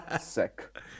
sick